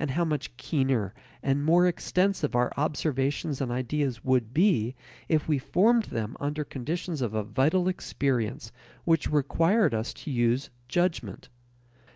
and how much keener and more extensive our observations and ideas would be if we formed them under conditions of a vital experience which required us to use judgment